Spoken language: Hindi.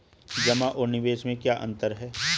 जमा और निवेश में क्या अंतर है?